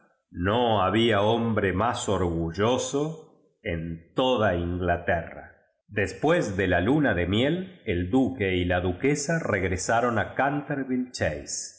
no había hombre más orgulloso en toda inglaterra después de la juna de miel el duque y la duquesa regresaron a